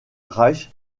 reich